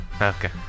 Okay